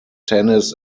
tennis